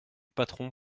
patron